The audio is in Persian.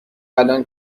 الان